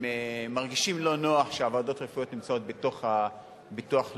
הם מרגישים לא נוח שהוועדות הרפואיות נמצאות בתוך הביטוח לאומי.